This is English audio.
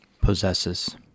Possesses